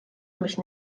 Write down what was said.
mich